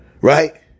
right